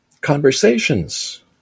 conversations